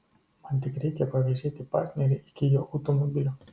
man tik reikia pavėžėti partnerį iki jo automobilio